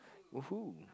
!woohoo!